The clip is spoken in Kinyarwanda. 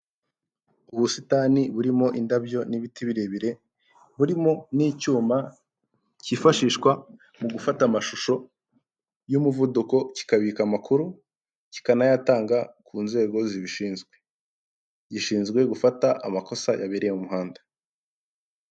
Ubusitani burimo indabyo n'ibiti birebire, burimo n'icyuma cyifashishwa mu gufata amashusho, y'umuvuduko kikabika amakuru kikanayatanga ku nzego zibishinzwe, gishinzwe gufata amakosa yabereye mu muhanda.